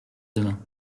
demain